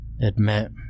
admit